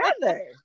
together